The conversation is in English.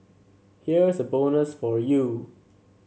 here's a bonus for you